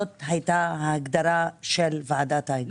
זאת הייתה ההגדרה של ועדת ההיגוי.